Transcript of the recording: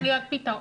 שלום.